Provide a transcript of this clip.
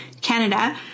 canada